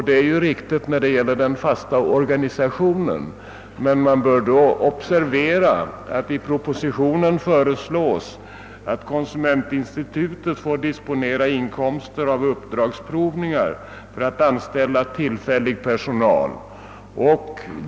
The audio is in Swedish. Det är riktigt när det gäller den fasta organisationen, men man bör då observera att det i propositionen föreslås att konsumentinstitutet får disponera inkomster av uppdragsprovningar för att anställa tillfällig personal.